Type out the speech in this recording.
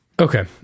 Okay